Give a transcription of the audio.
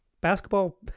basketball